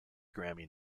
grammy